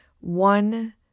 one